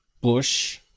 Bush